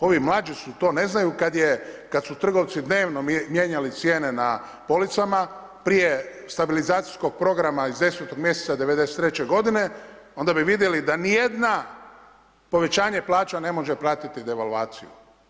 Ovi mlađi to ne znaju, kad su trgovci dnevno mijenjali cijene na policama, prije stabilizacijskog programa iz 10 mjeseca '93. godine, onda bi vidjeli da nijedna povećanje plaća ne može pratiti devalvaciju.